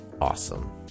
awesome